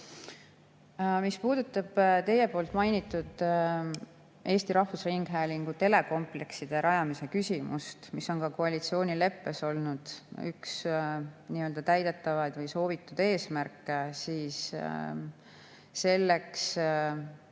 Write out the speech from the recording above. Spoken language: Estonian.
Mis puudutab teie mainitud Eesti Rahvusringhäälingu telekompleksi rajamise küsimust, mis on ka koalitsioonileppes olnud üks täidetavaid või soovitud eesmärke, siis selle